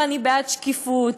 ואני בעד שקיפות,